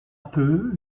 peu